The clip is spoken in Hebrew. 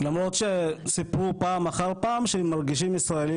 למרות שסיפרו פעם אחר פעם שהם מרגישים ישראלים